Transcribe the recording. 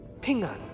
Ping'an